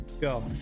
Go